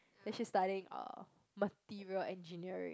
then she studying uh material engineering